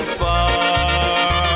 far